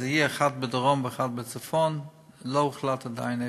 אחד יהיה בדרום ואחד בצפון, ולא הוחלט עדיין איפה.